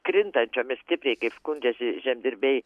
krintančiomis stipriai kaip skundžiasi žemdirbiai